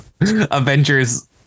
Avengers